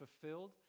fulfilled